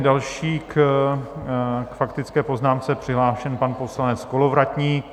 Další je k faktické poznámce přihlášen pan poslanec Kolovratník.